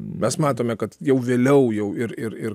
mes matome kad jau vėliau jau ir ir